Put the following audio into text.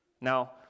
now